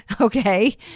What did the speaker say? Okay